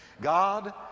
God